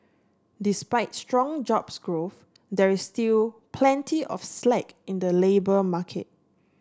despite strong jobs growth there is still plenty of slack in the labour market